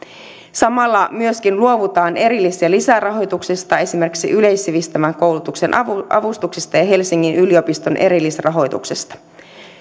samalla myöskin luovutaan erillis ja lisärahoituksesta esimerkiksi yleissivistävän koulutuksen avustuksista ja ja helsingin yliopiston erillisrahoituksesta